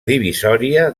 divisòria